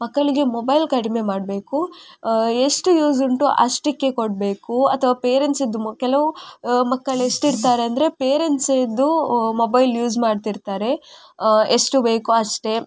ಮಕ್ಕಳಿಗೆ ಮೊಬೈಲ್ ಕಡಿಮೆ ಮಾಡಬೇಕು ಎಷ್ಟು ಯೂಸುಂಟು ಅಷ್ಟಕ್ಕೆ ಕೊಡಬೇಕು ಅಥವಾ ಪೇರೆಂಟ್ಸ್ಸಿದ್ದು ಕೆಲವು ಮಕ್ಕಳು ಎಷ್ಟು ಇರ್ತಾರೆ ಅಂದರೆ ಪೇರೆಂಟ್ಸ್ಸಿದ್ದು ಮೊಬೈಲ್ ಯೂಸ್ ಮಾಡ್ತಿರ್ತಾರೆ ಎಷ್ಟು ಬೇಕು ಅಷ್ಟೇ